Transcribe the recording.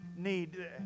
need